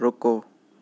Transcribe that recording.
رکو